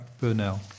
Burnell